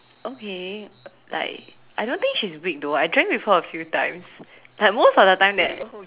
okay like I don't think she's weak though I drank with her a few times like most of the time that